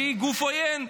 שהוא גוף עוין,